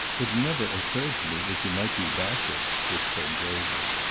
it never occurred to me that you might be bassett, dick said gravely.